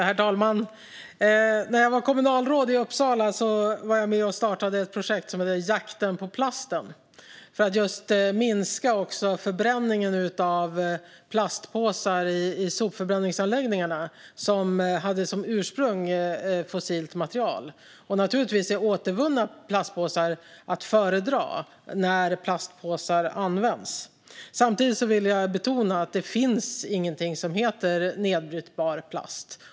Herr talman! När jag var kommunalråd i Uppsala var jag med och startade ett projekt som hette Jakten på plasten för att minska förbränningen av plastpåsar med fossilt material som ursprung i sopförbränningsanläggningar. Naturligtvis är återvunna plastpåsar att föredra när plastpåsar används. Jag vill samtidigt betona att det inte finns något som heter nedbrytbar plast.